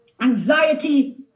Anxiety